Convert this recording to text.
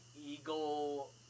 Eagle